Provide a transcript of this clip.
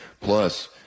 Plus